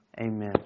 Amen